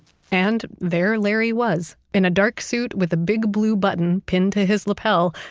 and there larry was in a dark suit with a big blue button pinned to his lapel.